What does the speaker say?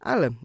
Ale